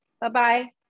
Bye-bye